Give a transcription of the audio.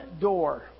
door